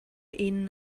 ihnen